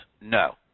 No